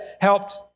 helped